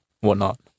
whatnot